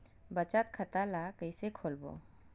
बचत खता ल कइसे खोलबों?